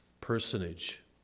personage